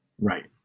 Right